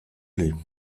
plait